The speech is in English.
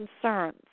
concerns